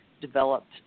developed